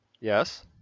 Yes